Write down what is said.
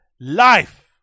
life